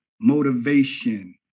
motivation